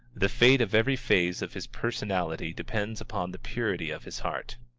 the fate of every phase of his personality depends upon the purity of his heart.